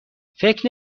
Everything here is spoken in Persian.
فکر